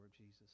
Jesus